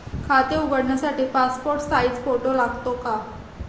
खाते उघडण्यासाठी passport size photo लागतो का?